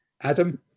Adam